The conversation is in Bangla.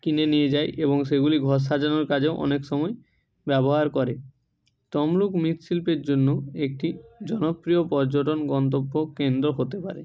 কিনে নিয়ে যায় এবং সেগুলি ঘর সাজানোর কাজেও অনেক সময় ব্যবহার করে তমলুক মৃৎশিল্পের জন্য একটি জনপ্রিয় পর্যটন গন্তব্য কেন্দ্র হতে পারে